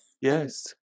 Yes